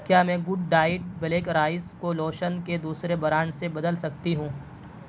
کیا میں good diet black rice کو لوشن کے دوسرے برانڈ سے بدل سکتی ہوں